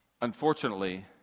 unfortunately